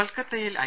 കൊൽക്കത്തയിൽ ഐ